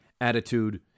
attitude